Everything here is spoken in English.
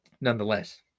Nonetheless